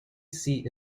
seat